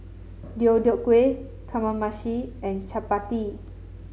Deodeok Gui Kamameshi and Chapati